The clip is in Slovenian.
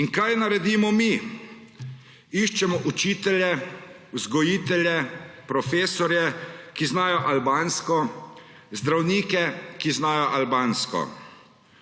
In kaj naredimo mi? Iščemo učitelje, vzgojitelje, profesorje, ki znajo albansko, zdravnike, ki znajo albansko.